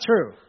true